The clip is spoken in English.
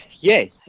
Yes